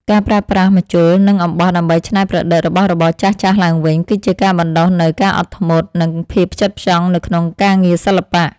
ការប្រើប្រាស់ម្ជុល និង អំបោះដើម្បីច្នៃប្រឌិតរបស់របរចាស់ៗឡើងវិញ គឺជាការបណ្ដុះនូវការអត់ធ្មត់ និង ភាពផ្ចិតផ្ចង់នៅក្នុងការងារសិល្បៈ។